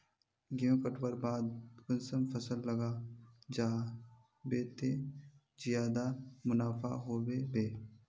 गेंहू कटवार बाद कुंसम फसल लगा जाहा बे ते ज्यादा मुनाफा होबे बे?